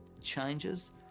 changes